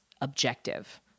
objective